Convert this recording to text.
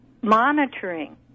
monitoring